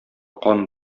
кан